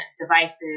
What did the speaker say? devices